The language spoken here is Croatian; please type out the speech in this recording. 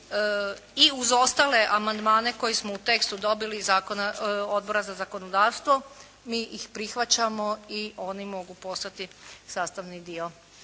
i uz ostale amandmane koje smo u tekstu dobili zakona Odbora za zakonodavstvo mi ih prihvaćamo i oni mogu postati sastavni dio